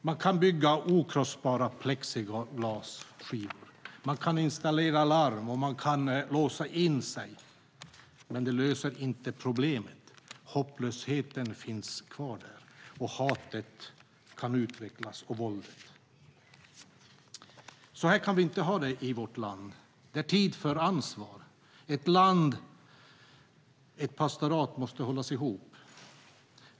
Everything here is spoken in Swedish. Man kan bygga okrossbara plexiglasskivor, installera larm och låsa in sig. Men det löser inte problemet. Hopplösheten finns kvar, och hatet och våldet kan utvecklas. Så här kan vi inte ha det i vårt land. Det är tid för ansvar. Ett land - ett pastorat - måste hållas ihop.